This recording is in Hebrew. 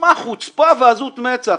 חוצפה ועזות מצח.